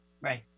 Right